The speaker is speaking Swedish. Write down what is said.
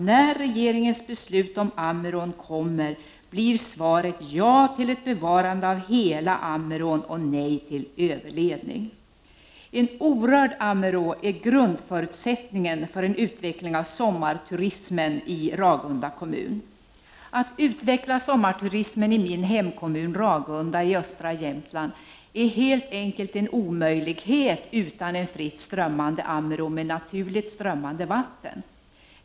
när regeringens beslut om Ammerån kommer, blir ja till ett bevarande av hela Ammerån och nej till en överledning? En orörd Ammerån är grundförutsättningen för en utveckling av sommarturismen i Ragunda kommun. Att utveckla sommarturismen i min hemkommun Ragunda i östra Jämtland är helt enkelt en omöjlighet utan en fritt strömmande Ammerån med naturligt strömmande vatten.